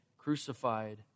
crucified